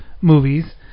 movies